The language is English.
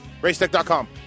Racetech.com